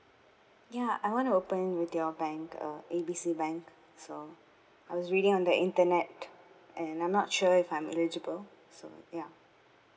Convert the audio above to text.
ya I want to open with your bank uh A B C bank so I was reading on the internet and I'm not sure if I'm eligible so ya